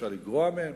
אפשר לגרוע מהם,